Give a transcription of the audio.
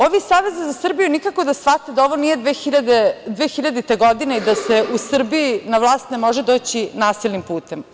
Ovi iz Saveza za Srbiju nikako da shvate da ovo nije 2000. godina i da se u Srbiji na vlast ne može doći nasilnim putem.